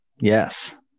Yes